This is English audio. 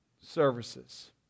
services